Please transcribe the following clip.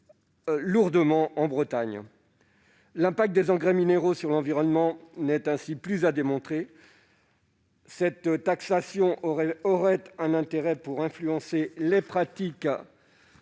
lourdement en Bretagne. L'impact des engrais minéraux sur l'environnement n'étant plus à démontrer, cette taxation permettrait d'influencer les pratiques,